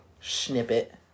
snippet